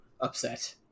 upset